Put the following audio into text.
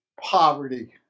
poverty